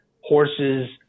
horses